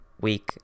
week